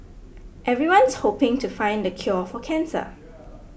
everyone's hoping to find the cure for cancer